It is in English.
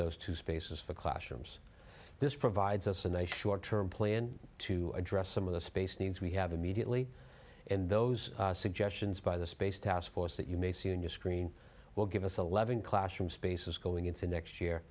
those two spaces for classrooms this provides us in a short term plan to address some of the space needs we have immediately and those suggestions by the space taskforce that you may see on your screen will give us a loving classroom spaces going into next year